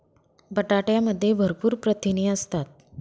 बटाट्यामध्ये भरपूर प्रथिने असतात